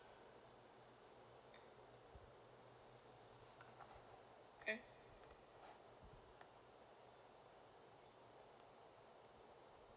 mm